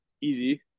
easy